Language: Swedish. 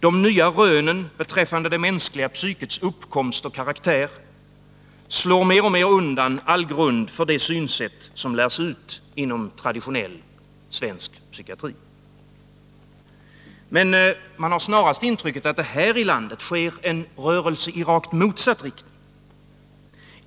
De nya rönen beträffande det mänskliga psykets uppkomst och karaktär slår mer och mer undan all grund för det synsätt som lärs ut inom traditionell svensk psykiatri. Man får snarast intrycket att det här i landet sker en rörelse i rakt motsatt riktning.